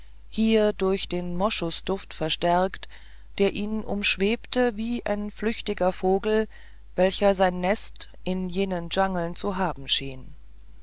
hier durch den moschusduft verstärkt der ihn umschwebte wie ein flüchtiger vogel welcher sein nest in jenen dschangeln zu haben schien